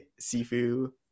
Sifu